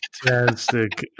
Fantastic